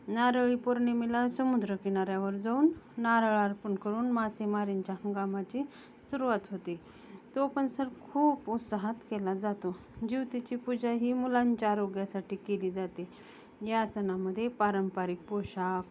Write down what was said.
नारळी पौर्णिमेला समुद्रकिनाऱ्यावर जाऊन नारळ अर्पण करून मासेमारीच्या हंगामाची सुरुवात होते तो पण सर खूप उत्साहात केला जातो जीवतीची पूजा ही मुलांच्या आरोग्यासाठी केली जाते या सणामध्ये पारंपरिक पोशाख